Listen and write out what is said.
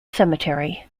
cemetery